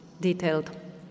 detailed